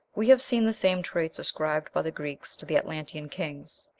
we have seen the same traits ascribed by the greeks to the atlantean kings.